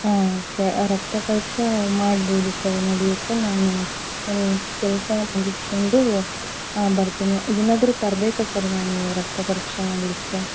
ಹಾಂ ಓಕೆ ರಕ್ತ ಪರೀಕ್ಷೆ ಮಾಡ್ಬೋದು ಸರ್ ನಡೆಯುತ್ತೆ ನಾನು ನನ್ನ ಕೆಲಸ ಮುಗಿಸ್ಕೊಂಡು ನಾನು ಬರ್ತೀನಿ ಏನಾದ್ರೂ ತರಬೇಕಾ ಸರ್ ನಾನು ರಕ್ತ ಪರೀಕ್ಷೆ ಮಾಡಲಿಕ್ಕೆ